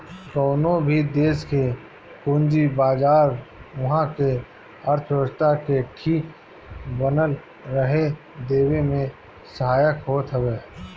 कवनो भी देस के पूंजी बाजार उहा के अर्थव्यवस्था के ठीक बनल रहे देवे में सहायक होत हवे